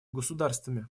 государствами